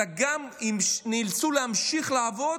אלא גם נאלצו להמשיך לעבוד